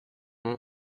nom